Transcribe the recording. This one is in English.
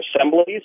assemblies